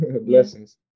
Blessings